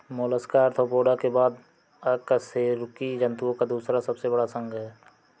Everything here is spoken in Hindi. मोलस्का आर्थ्रोपोडा के बाद अकशेरुकी जंतुओं का दूसरा सबसे बड़ा संघ है